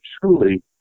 truly